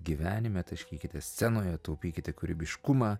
gyvenime taškykitės scenoje taupykite kūrybiškumą